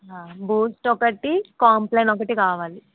Boost ఒకటి Complan ఒకటి కావాలి